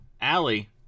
Allie